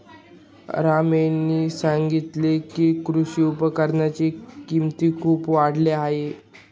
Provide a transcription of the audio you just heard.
राम यांनी सांगितले की, कृषी उपकरणांच्या किमती खूप वाढल्या आहेत